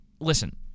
Listen